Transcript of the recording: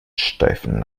steifen